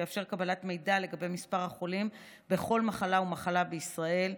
שיאפשר קבלת מידע לגבי מספר החולים בכל מחלה ומחלה בישראל,